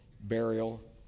burial